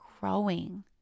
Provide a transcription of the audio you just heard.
growing